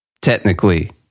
technically